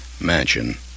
mansion